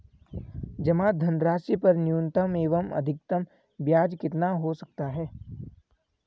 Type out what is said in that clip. जमा धनराशि पर न्यूनतम एवं अधिकतम ब्याज कितना हो सकता है?